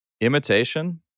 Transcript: imitation